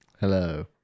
Hello